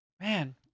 man